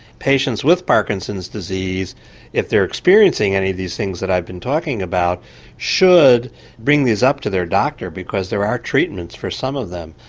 patients with parkinson's disease if they're experiencing any of these things i've been talking about should bring these up to their doctor because there are treatments for some of them.